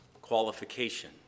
Qualification